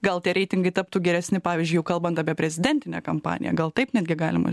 gal tie reitingai taptų geresni pavyzdžiui jau kalbant apie prezidentinę kampaniją gal taip netgi galima